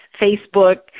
Facebook